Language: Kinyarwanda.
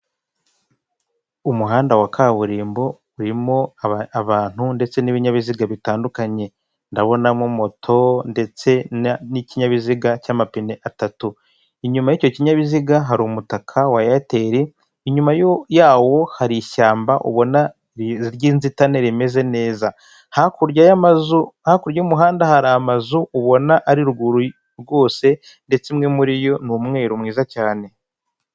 Umuhanda wa kaburimbo urimo abantu ndetse n'ibinyabiziga bitandukanye, ndabonamo moto ndetse n'ikinyabiziga cy'amapine atatu, inyuma y'icyo kinyabiziga hari umutaka wa eyateri, inyuma yawo hari ishyamba ubona ry'inzitane rimeze neza, hakurya y'umuhanda hari amazu ubona ari ruguru rwose ndetse umwe muri yo ni umweru mwiza cyane.